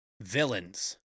Villains